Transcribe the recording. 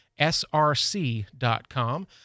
src.com